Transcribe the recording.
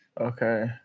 Okay